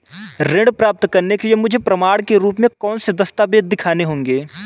ऋण प्राप्त करने के लिए मुझे प्रमाण के रूप में कौन से दस्तावेज़ दिखाने होंगे?